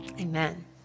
Amen